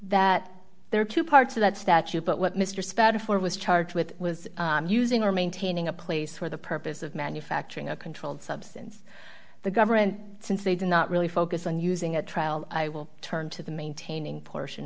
that there are two parts of that statute but what mr spatafore was charged with was using or maintaining a place for the purpose of manufacturing a controlled substance the government since they do not really focus on using at trial i will turn to the maintaining portion